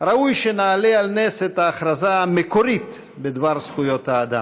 ראוי שנעלה על נס את ההכרזה המקורית בדבר זכויות האדם.